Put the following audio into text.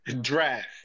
draft